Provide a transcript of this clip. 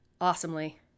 awesomely